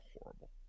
horrible